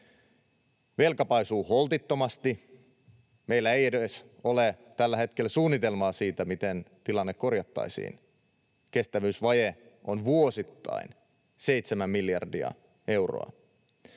Velka paisuu holtittomasti, meillä ei ole tällä hetkellä edes suunnitelmaa siitä, miten tilanne korjattaisiin. Kestävyysvaje on vuosittain seitsemän miljardia euroa,